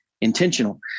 intentional